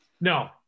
No